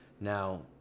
Now